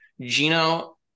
Gino